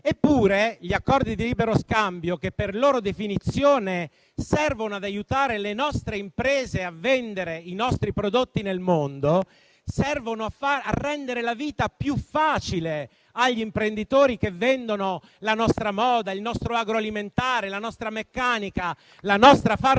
Eppure gli accordi di libero scambio, che per loro definizione servono ad aiutare le nostre imprese a vendere i nostri prodotti nel mondo e servono a rendere la vita più facile agli imprenditori che vendono la nostra moda, il nostro agroalimentare, la nostra meccanica e la nostra farmaceutica,